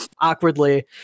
awkwardly